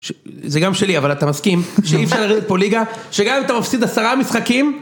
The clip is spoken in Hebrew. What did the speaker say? זה גם שלי אבל אתה מסכים שאי אפשר לרדת פה ליגה, שגם אם אתה מפסיד עשרה משחקים